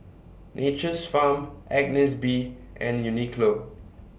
Nature's Farm Agnes B and Uniqlo